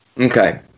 Okay